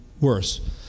worse